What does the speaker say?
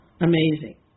amazing